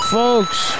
folks